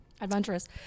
adventurous